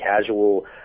casual